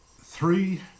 three